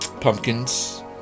pumpkins